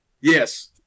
Yes